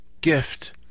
gift